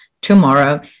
tomorrow